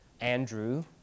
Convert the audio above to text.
Andrew